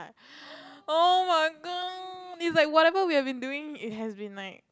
oh-my-god is like whatever we have been doing it has been like